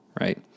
right